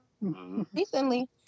recently